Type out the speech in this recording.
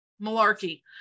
malarkey